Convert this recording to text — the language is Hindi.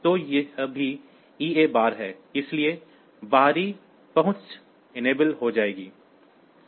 तो यह भी EA बार है इसलिए बाहरी पहुंच सक्षम हो जाएगी